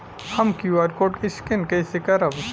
हम QR code scan कइसे करब?